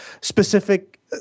specific